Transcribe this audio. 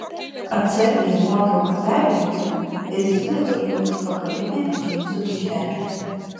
atsargiai nuotrauką perlenkiu ir įsidedu į užpakalinę džinsų kišenę